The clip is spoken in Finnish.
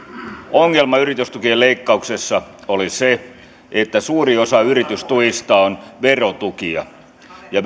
ongelma yritystukien leikkauksessa oli se että suuri osa yritystuista on verotukia ja